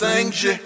5G